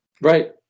Right